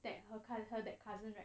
that her her that cousin right